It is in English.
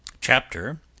Chapter